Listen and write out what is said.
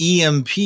EMP